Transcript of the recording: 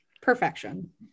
perfection